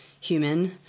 human